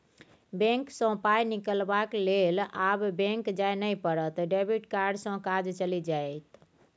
bank सँ पाय निकलाबक लेल आब बैक जाय नहि पड़त डेबिट कार्डे सँ काज चलि जाएत